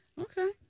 Okay